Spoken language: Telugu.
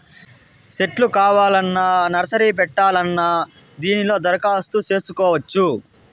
సెట్లు కావాలన్నా నర్సరీ పెట్టాలన్నా దీనిలో దరఖాస్తు చేసుకోవచ్చు